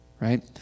right